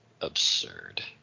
absurd